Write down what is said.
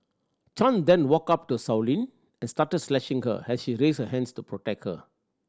Chan then walked up to Sow Lin and started slashing her as she raised her hands to protect her